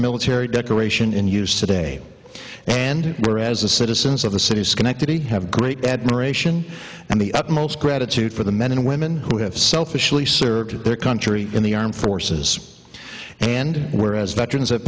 military decoration in use today and whereas the citizens of the city of schenectady have great admiration and the utmost gratitude for the men and women who have selfishly served their country in the armed forces and whereas veterans have